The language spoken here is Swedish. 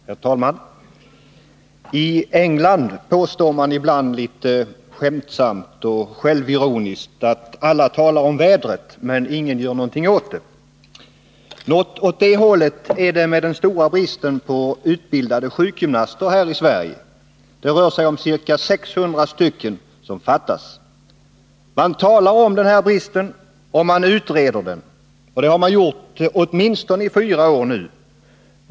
Herr talman! I England säger man ibland litet skämtsamt och självironiskt att alla talar om vädret men ingen gör något åt det. Någonting åt det hållet är det när det gäller den stora bristen på utbildade sjukgymnaster i Sverige — ca 600 fattas. Man talar om den här bristen, och man utreder den — det har man gjort i åtminstone fyra år.